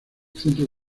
centro